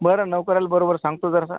बरं नोकराला बरोबर सांगतो जरासा